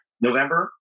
November